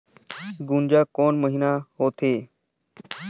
गुनजा कोन महीना होथे?